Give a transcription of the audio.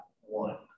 one